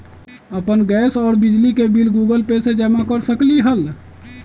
अपन गैस और बिजली के बिल गूगल पे से जमा कर सकलीहल?